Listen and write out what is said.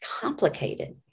complicated